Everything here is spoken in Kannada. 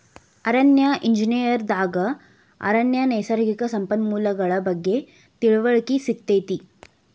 ಅರಣ್ಯ ಎಂಜಿನಿಯರ್ ದಾಗ ಅರಣ್ಯ ನೈಸರ್ಗಿಕ ಸಂಪನ್ಮೂಲಗಳ ಬಗ್ಗೆ ತಿಳಿವಳಿಕೆ ಸಿಗತೈತಿ